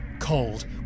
cold